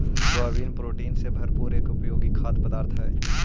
soybean protein से भरपूर एक उपयोगी खाद्य पदार्थ हई